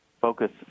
focus